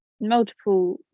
multiple